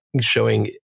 showing